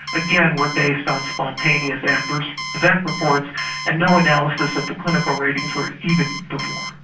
again were based on spontaneous adverse event reports and no analysis of the clinical ratings were even performed.